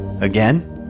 again